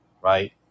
right